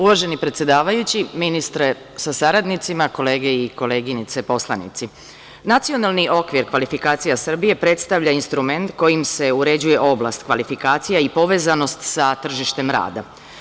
Uvaženi predsedavajući, ministre sa saradnicima, kolege i koleginice poslanici, NOKS predstavlja instrument kojim se uređuje oblast kvalifikacija i povezanost sa tržištem rada.